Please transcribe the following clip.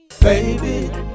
Baby